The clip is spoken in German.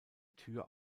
tür